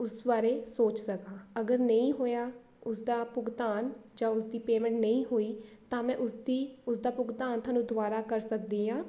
ਉਸ ਬਾਰੇ ਸੋਚ ਸਕਾਂ ਅਗਰ ਨਹੀਂ ਹੋਇਆ ਉਸਦਾ ਭੁਗਤਾਨ ਜਾਂ ਉਸ ਦੀ ਪੇਮੈਂਟ ਨਹੀਂ ਹੋਈ ਤਾਂ ਮੈਂ ਉਸਦੀ ਉਸਦਾ ਭੁਗਤਾਨ ਤੁਹਾਨੂੰ ਦੁਬਾਰਾ ਕਰ ਸਕਦੀ ਹਾਂ